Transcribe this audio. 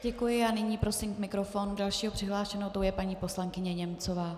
Děkuji a nyní prosím k mikrofonu dalšího přihlášeného a tou je paní poslankyně Němcová.